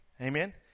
amen